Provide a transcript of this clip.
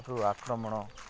ଆକ୍ରମଣ